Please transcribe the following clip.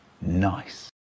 Nice